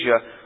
Asia